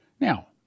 Now